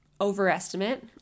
overestimate